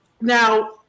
now